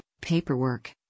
paperwork